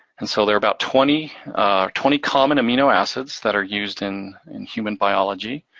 and so, there are about twenty twenty common amino acids that are used in in human biology.